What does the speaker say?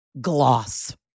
Gloss